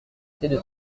arrêter